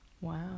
wow